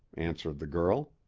answered the girl.